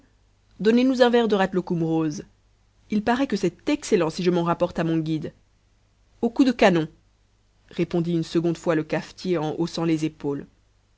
donnez-nous un verre de rahtlokoum rose il paraît que c'est excellent si je m'en rapporte à mon guide au coup de canon répondit une seconde fois le cafetier en haussant les épaules